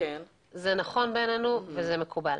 זה נכון בעינינו וזה מקובל.